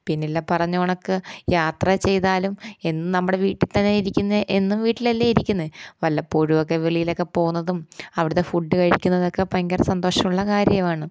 പിന്നില്ലെ പറഞ്ഞ കണക്ക് യാത്ര ചെയ്താലും എന്നും നമ്മുടെ വീട്ടിൽത്തന്നെ ഇരിക്കുന്നത് എന്നും വീട്ടിലല്ലെ ഇരിക്കുന്നത് വല്ലപ്പോഴുമൊക്കെ വെളിയിലൊക്കെ പോകുന്നതും അവിടുത്തെ ഫുഡ് കഴിക്കുന്നതൊക്കെ ഭയങ്കര സന്തോഷമുള്ള കാര്യമാണ്